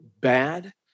bad